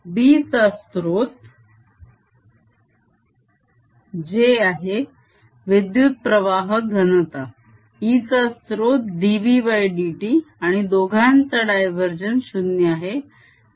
B चा स्त्रोत J आहे विद्युत प्रवाह घनता E चा स्त्रोत dBdt आणि दोघांचा डायवरजेन्स 0 आहे